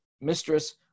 mistress